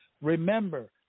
Remember